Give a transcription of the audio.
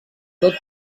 tot